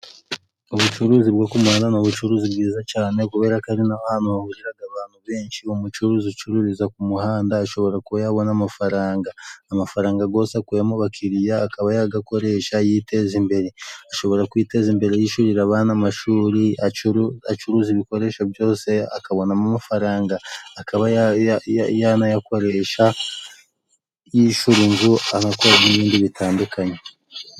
Ubucuruzi bwo muhanda ni ubucuruzi bwiza cyane. Kubera ko ari na ho hantu hahurira abantu benshi. Umucuruzi ucururiza ku muhanda ashobora kuyabona amafaranga. Amafaranga yose akuye mu bakiriya akaba yayakoresha yiteza imbere. Ashobora kwiteza imbere yishyurira abana amashuri, acuruza ibikoresho byose akabonamo amafaranga, akaba yanayakoresha yishyuri inzu, abakozi n'ibindi bitandukanye.